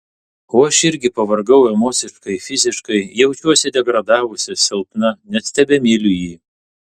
o aš irgi pavargau emociškai fiziškai jaučiuosi degradavusi silpna nes tebemyliu jį